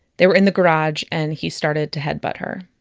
they were in the garage and he started to headbutt her.